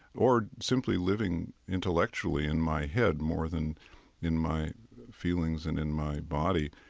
or simply living intellectually in my head more than in my feelings and in my body,